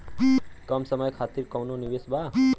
कम समय खातिर कौनो निवेश बा?